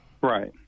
Right